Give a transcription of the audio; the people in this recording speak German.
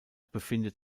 befindet